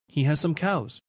he has some cows.